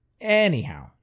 Anyhow